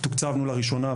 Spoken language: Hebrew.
תוקצבנו לראשונה,